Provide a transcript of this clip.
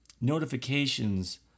notifications